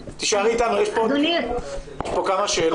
תישארי איתנו, יש פה עוד כמה שאלות.